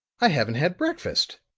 i haven't had breakfast,